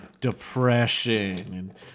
depression